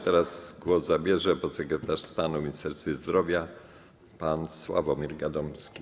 Teraz głos zabierze podsekretarz stanu w Ministerstwie Zdrowia pan Sławomir Gadomski.